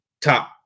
top